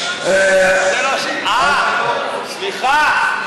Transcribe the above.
אה, סליחה.